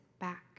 back